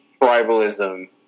tribalism